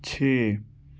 چھ